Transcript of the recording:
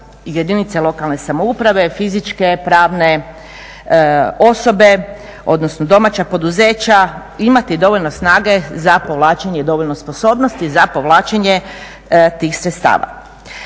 jedinice lokalne samouprave, fizičke, pravne osobe odnosno domaća poduzeća imati dovoljno snage za povlačenje i dovoljno sposobnosti za povlačenje tih sredstava.